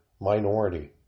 minority